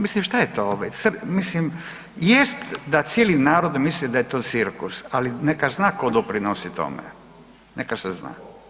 Mislim šta je to, mislim jest da cijeli narod misli da je to cirkus, ali neka zna ko doprinosi tome, neka se zna.